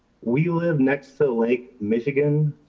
we live next to lake michigan.